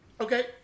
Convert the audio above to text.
Okay